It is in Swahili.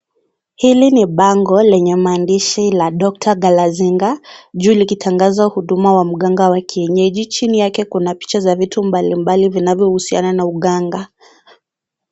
Hili ni bango lenye maandishi la DR GALAZINGA juu likitangazwa huduma wa mganga wa kienyeji. Chini yake kuna picha za vitu mbalimbali vinavyohusiana na uganga.